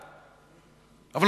אבל,